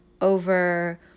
over